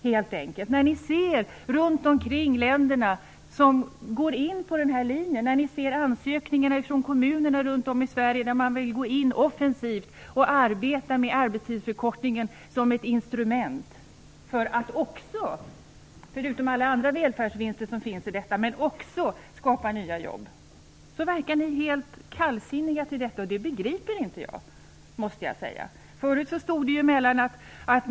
När ni ser länderna runt omkring som går in på den här linjen, när ni ser ansökningarna från kommunerna runt om i Sverige där man vill gå in offensivt och arbeta med arbetstidsförkortningen som ett instrument, för att förutom att uppnå alla andra välfärdsvinster som finns i detta också skapa nya jobb, så verkar ni helt kallsinniga till detta. Jag måste säga att jag inte begriper det.